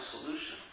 solution